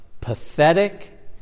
pathetic